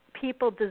people